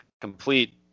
complete